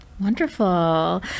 Wonderful